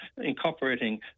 incorporating